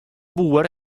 boer